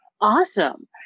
Awesome